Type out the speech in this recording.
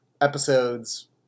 episodes